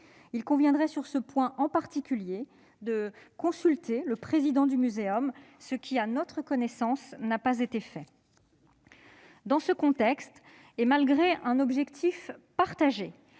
Il conviendrait, sur ce point en particulier, de consulter le président du MNHN, ce qui à notre connaissance n'a pas été fait. Dans ce contexte, malgré une volonté partagée